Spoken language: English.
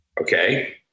Okay